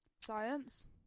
Science